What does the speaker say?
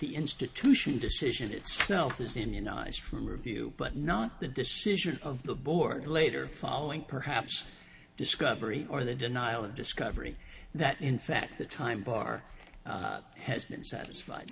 the institution decision itself is immunized from review but not the decision of the board later following perhaps discovery or the denial of discovery that in fact the time bar has been satisfied